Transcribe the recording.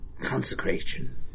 consecration